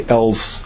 else